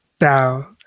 now